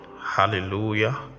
Hallelujah